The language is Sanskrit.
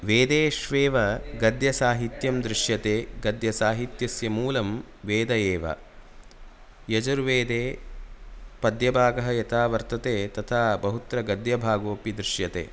वेदेष्वेव गद्यसाहित्यं दृश्यते गद्यसाहित्यस्य मूलं वेद एव यजुर्वेदे पद्यभागः यथा वर्तते तथा बहुत्र गद्यभागोऽपि दृश्यते